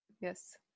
Yes